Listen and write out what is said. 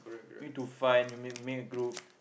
need to find you make make a group